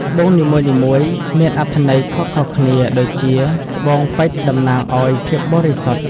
ត្បូងនីមួយៗមានអត្ថន័យខុសៗគ្នាដូចជា ត្បូងពេជ្រតំណាងឱ្យភាពបរិសុទ្ធ។